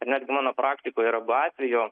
ir netgi mano praktikoje yra buvę atvejų